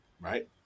Right